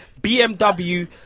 BMW